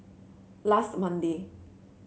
last Monday